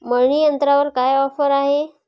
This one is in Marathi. मळणी यंत्रावर काय ऑफर आहे?